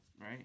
Right